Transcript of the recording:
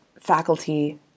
faculty